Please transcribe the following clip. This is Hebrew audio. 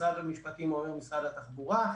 משרד המשפטים אומרים משרד התחבורה,